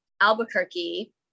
Albuquerque